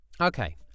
Okay